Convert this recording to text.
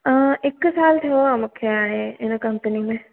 हिक सालु थियो आहे मूंखे हाणे इन कम्पनी में